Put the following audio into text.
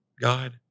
God